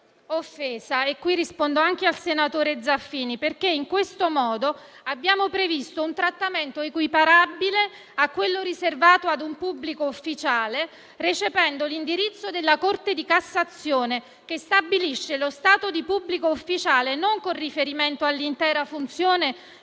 rispondo anche al senatore Zaffini perché in questo modo abbiamo previsto un trattamento equiparabile a quello riservato a un pubblico ufficiale recependo l'indirizzo della Corte di cassazione, che stabilisce lo stato di pubblico ufficiale non con riferimento all'intera funzione devoluta